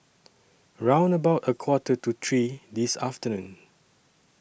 round about A Quarter to three This afternoon